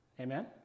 Amen